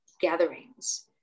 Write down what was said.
gatherings